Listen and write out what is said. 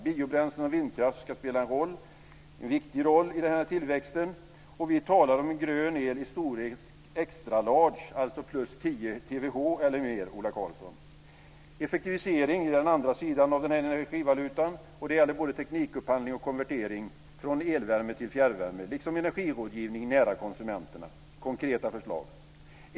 Biobränslen och vindkraft ska spela en viktig roll i den här tillväxten, och vi talar om en grön el i storlek extra large, alltså plus 10 terawattimmar eller mer, Ola Karlsson. Effektivisering är den andra sidan av vår energivaluta, och det gäller både teknikupphandling och konvertering från elvärme till fjärrvärme liksom energirådgivning nära konsumenterna. Konkreta förslag!